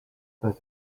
but